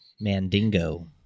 Mandingo